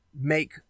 make